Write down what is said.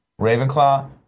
Ravenclaw